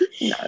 no